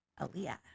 Aaliyah